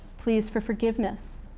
pleas for forgiveness,